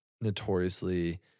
notoriously –